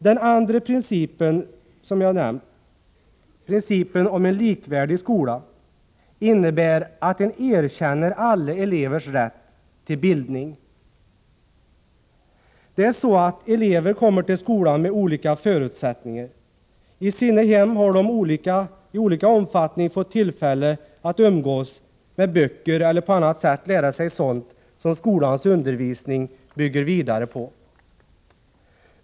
Den andra principen som jag nämnt, om en likvärdig skola, innebär att man erkänner alla elevers rätt till bildning. Eleverna kommer till skolan med olika förutsättningar. I sina hem har de i olika omfattning fått tillfälle att umgås med böcker eller på annat sätt lära sig sådant som skolans undervisning bygger vidare på.